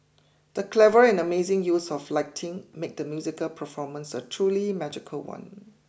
the clever and amazing use of lighting made the musical performance a truly magical one